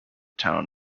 town